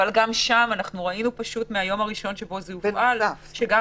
אבל אנחנו ראינו כבר מהיום הראשון שבו זה הופעל שגם